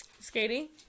Skating